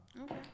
Okay